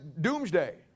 doomsday